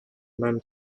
même